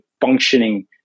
functioning